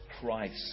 Christ